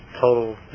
total